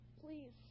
please